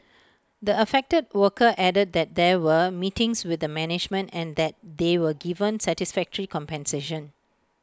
the affected worker added that there were meetings with the management and that they were given satisfactory compensation